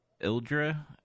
ildra